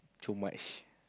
too much